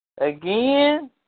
Again